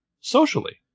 Socially